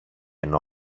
ενώ